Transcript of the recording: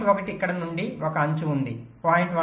1 ఇక్కడ నుండి ఒక అంచు ఉంది 0